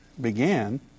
began